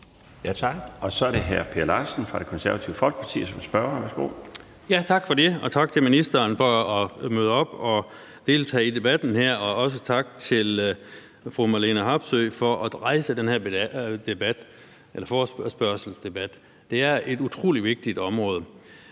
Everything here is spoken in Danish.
Tak. Så er det hr. Per Larsen fra Det Konservative Folkeparti som spørger. Værsgo. Kl. 16:13 Per Larsen (KF): Tak for det. Og tak til ministeren for at møde op og deltage i debatten her, og også tak til fru Marlene Harpsøe for at rejse den her forespørgselsdebat. Det er et utrolig vigtigt område.